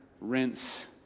rinse